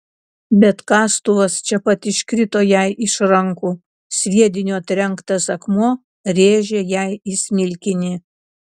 bet kastuvas čia pat iškrito jai iš rankų sviedinio trenktas akmuo rėžė jai į smilkinį